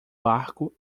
barco